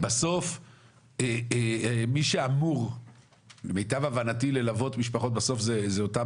בסוף מי שאמור ללוות משפחות בסוף אלו אותן